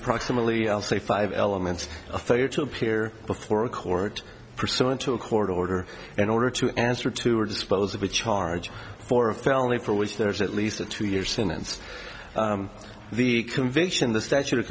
approximately i'll say five elements a failure to appear before a court pursuant to a court order in order to answer to or dispose of a charge for a felony for which there is at least a two year sentence the conviction the statute of